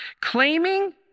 claiming